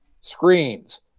Screens